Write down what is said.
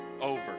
over